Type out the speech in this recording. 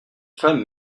femme